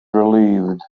relieved